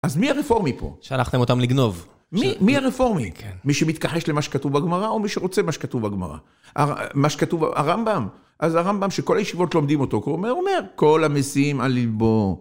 אז מי הרפורמי פה? שלחתם אותם לגנוב. מי הרפורמי? מי שמתכחש למה שכתוב בגמרא, או מי שרוצה מה שכתוב בגמרא. מה שכתוב, הרמב״ם. אז הרמב״ם, שכל הישיבות לומדים אותו, הוא אומר, כל המסיעים על ליבו.